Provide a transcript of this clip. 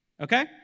Okay